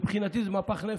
מבחינתי זה מפח נפש.